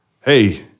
hey